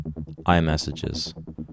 iMessages